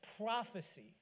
prophecy